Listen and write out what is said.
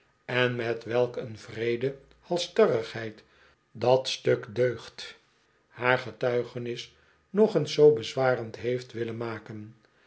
en met welk een wreede halsstarrigheid dat stuk deugd haar getuigenis nog eens zoo bezwarend heeft willen maken